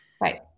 Right